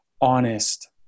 honest